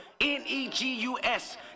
N-E-G-U-S